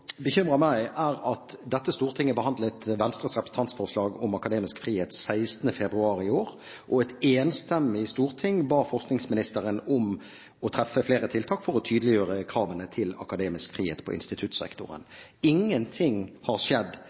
bekymrer meg, er: Dette storting behandlet Venstres representantforslag om akademisk frihet den 16. februar i år, og et enstemmig storting ba forskningsministeren om å treffe flere tiltak for å tydeliggjøre kravene til akademisk frihet på instituttsektoren.